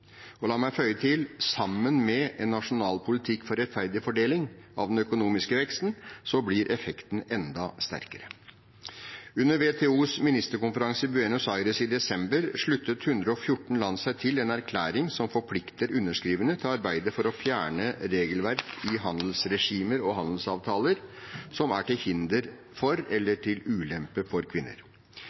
La meg føye til: Sammen med en nasjonal politikk for rettferdig fordeling av den økonomiske veksten blir effekten enda sterkere. Under WTOs ministerkonferanse i Buenos Aires i desember sluttet 114 land seg til en erklæring som forplikter underskriverne til å arbeide for å fjerne regelverk i handelsregimer og handelsavtaler som er til hinder for eller til ulempe for kvinner.